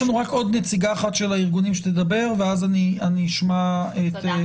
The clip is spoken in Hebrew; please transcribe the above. יש לנו עוד נציגה אחת של הארגונים שתדבר ואז אשמע --- תודה.